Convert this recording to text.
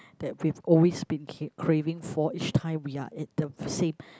that we've always been ca~ craving for each time we are at the same